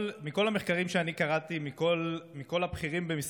זה נהיה עוד יותר אבסורדי כאשר כל המחקרים מראים